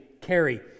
carry